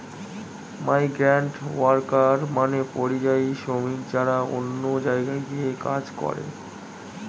migrant worker মানে পরিযায়ী শ্রমিক যারা অন্য জায়গায় গিয়ে কাজ করে